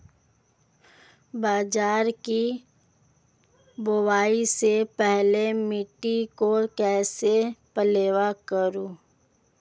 बाजरे की बुआई से पहले मिट्टी को कैसे पलेवा करूं?